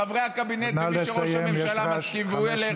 חברי הקבינט, מי שראש הממשלה מסכים, והוא ילך?